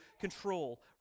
control